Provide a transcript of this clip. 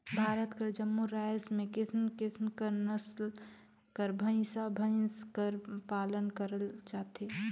भारत कर जम्मो राएज में किसिम किसिम कर नसल कर भंइसा भंइस कर पालन करल जाथे